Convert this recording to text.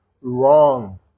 wrong